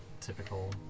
typical